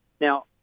Now